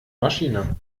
maschine